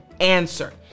answer